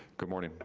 good morning,